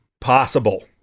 Possible